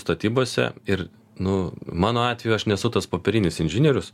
statybose ir nu mano atveju aš nesu tas popierinis inžinierius